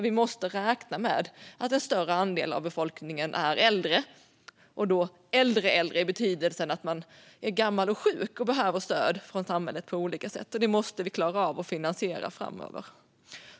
Vi måste räkna med att en större andel av befolkningen är äldre, och då menar jag äldre äldre i betydelsen att det är personer som är gamla och sjuka och behöver stöd från samhället på olika sätt. Det måste vi klara av att finansiera framöver.